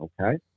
okay